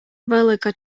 велика